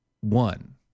one